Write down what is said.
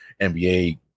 NBA